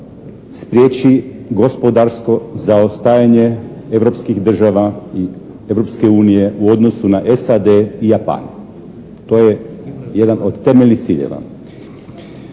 spriječi gospodarsko zaostajanje europskih država i Europske unije u odnosu na SAD i Japan. To je jedan od temeljnih ciljeva.